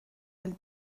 del